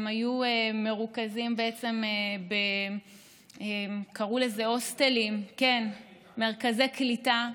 הם היו מרוכזים, קראו לזה הוסטלים, מרכזי קליטה.